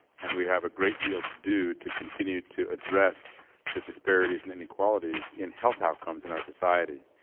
and we have a great deal to do to continue to address the disparities and inequalities in health outcomes in our society.